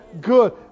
good